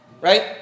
Right